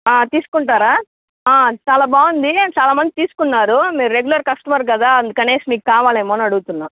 తీసుకుంటారా చాలా బాగుంది చాలా మంది తీసుకున్నారు మీరు రెగ్యులర్ కస్టమర్ కదా అందుకు అనేసి మీకు కావాలేమో అని అడుగుతున్నా